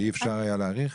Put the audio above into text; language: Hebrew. ואי אפשר היה להאריך?